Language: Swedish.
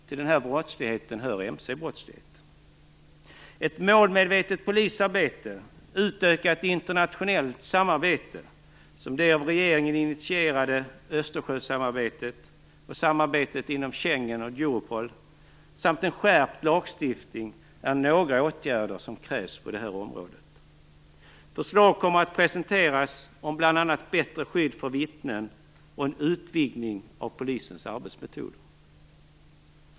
Till den brottsligheten hör mcbrottsligheten. Ett målmedvetet polisarbete och utökat internationellt samarbete, som det av regeringen initierade Schegenöverenskommelsen och Europol, samt en skärpt lagstiftning är några åtgärder som krävs på detta område. Förslag kommer att presenteras om bl.a. bättre skydd för vittnen och en utvidgning av polisens arbetsmetoder.